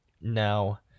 Now